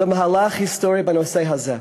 למהלך היסטורי בנושא הזה.